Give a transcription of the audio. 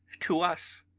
to us,